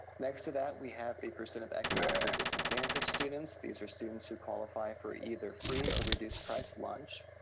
next to that we have the percent of economically disadvantaged students. these are students who qualify for either free or reduced-price lunch.